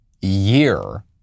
year